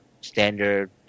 standard